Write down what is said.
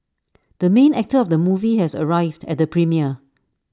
the main actor of the movie has arrived at the premiere